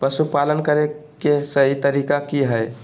पशुपालन करें के सही तरीका की हय?